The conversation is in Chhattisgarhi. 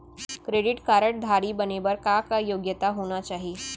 क्रेडिट कारड धारी बने बर का का योग्यता होना चाही?